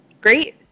Great